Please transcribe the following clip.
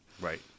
Right